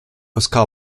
oscar